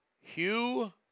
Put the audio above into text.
Hugh